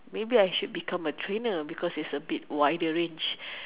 maybe I should become a trainer because it is a bit wider range